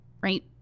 right